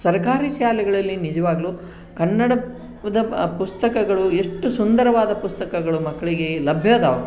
ಸರ್ಕಾರಿ ಶಾಲೆಗಳಲ್ಲಿ ನಿಜವಾಗ್ಲು ಕನ್ನಡದ ಪುಸ್ತಕಗಳು ಎಷ್ಟು ಸುಂದರವಾದ ಪುಸ್ತಕಗಳು ಮಕ್ಕಳಿಗೆ ಲಭ್ಯ ಇದಾವ್